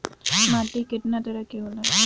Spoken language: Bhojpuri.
माटी केतना तरह के होला?